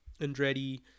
Andretti